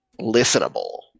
listenable